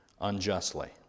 unjustly